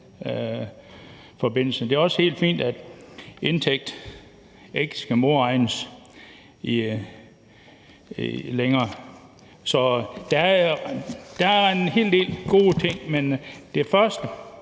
Det er også helt fint, at indtægten ikke skal modregnes længere. Så der er en hel del gode ting. Men det første